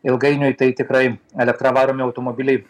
ilgainiui tai tikrai elektra varomi automobiliai